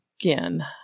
again